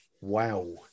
Wow